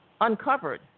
uncovered